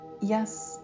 yes